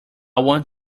want